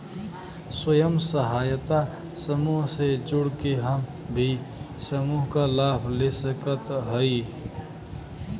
स्वयं सहायता समूह से जुड़ के हम भी समूह क लाभ ले सकत हई?